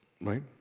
Right